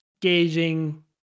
gauging